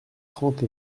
trente